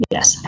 Yes